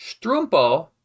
Strumpo